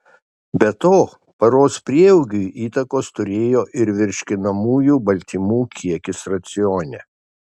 be to paros prieaugiui įtakos turėjo ir virškinamųjų baltymų kiekis racione